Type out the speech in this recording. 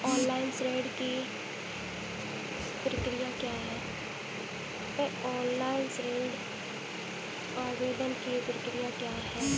Online ऋण आवेदन की प्रक्रिया क्या है?